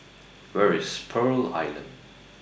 Where IS Pearl Island